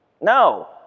No